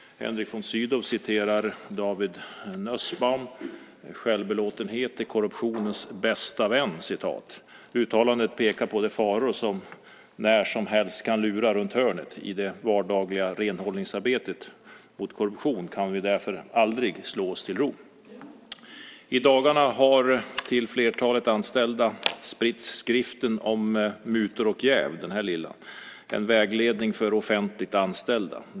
Henrik von Sydow citerar David Nussbaum: "Självbelåtenhet är korruptionens bästa vän." Uttalandet pekar på de faror som när som helst kan lura runt hörnet. I det vardagliga "renhållningsarbetet" mot korruption kan vi därför aldrig slå oss till ro. I dagarna har till flertalet statsanställda spritts skriften Om mutor och jäv - en vägledning för offentligt anställda .